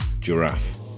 Giraffe